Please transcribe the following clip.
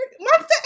Monster